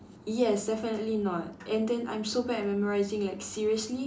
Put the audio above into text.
yes definitely not and then I'm so bad at memorising like seriously